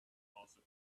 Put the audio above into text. passed